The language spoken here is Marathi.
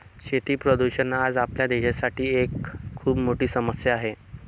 शेती प्रदूषण आज आपल्या देशासाठी एक खूप मोठी समस्या आहे